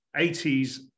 80s